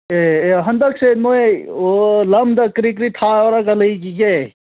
ꯑꯦ ꯑꯦ ꯍꯟꯗꯛꯁꯦ ꯅꯣꯏ ꯑꯣ ꯂꯝꯗ ꯀꯔꯤ ꯀꯔꯤ ꯊꯥꯔꯒ ꯂꯩꯈꯤꯒꯦ